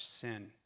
sin